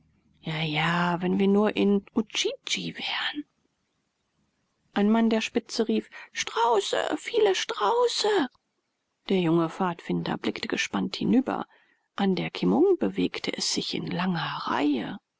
ja ja wenn wir nur in udjidji wären ein mann der spitze rief strauße viele strauße der junge pfadfinder blickte gespannt hinüber an der kimmung bewegte es sich in langer reihe